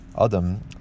Adam